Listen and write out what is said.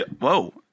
Whoa